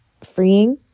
freeing